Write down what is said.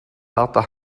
harter